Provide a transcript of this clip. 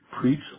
Preach